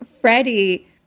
Freddie